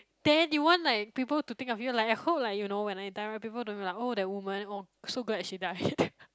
then you want like people to think of you like I hope like you know when I die right people don't be like oh that woman oh so glad she died